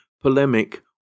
polemic